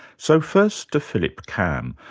so first to philip cam,